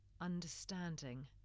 understanding